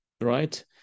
right